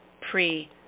pre